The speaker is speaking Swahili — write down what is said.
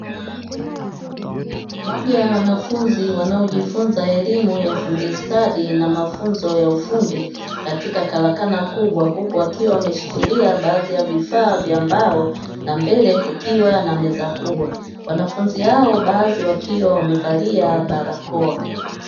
Moja ya wanafunzi wanaojifunza elimu ya ufundi stadi na mafunzo ya ufundi katika karakana kubwa, huku wakiwa wameshikilia baadhi ya vifaa vya mbao na mbele kukiwa na meza kubwa. Wanafunzi hao baadhi wakiwa wamevalia barakoa.